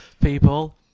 people